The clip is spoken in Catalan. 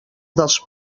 dels